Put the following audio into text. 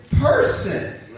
person